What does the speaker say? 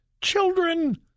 children